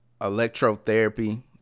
Electrotherapy